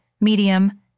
medium